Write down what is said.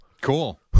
Cool